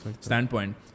standpoint